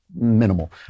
minimal